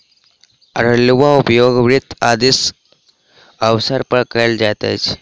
अउलुआ के उपयोग व्रत आदिक अवसर पर कयल जाइत अछि